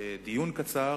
דיון קצר,